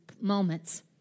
moments